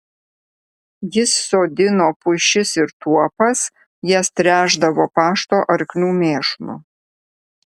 jis sodino pušis ir tuopas jas tręšdavo pašto arklių mėšlu